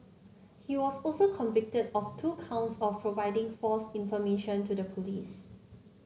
he was also convicted of two counts of providing false information to the police